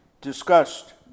discussed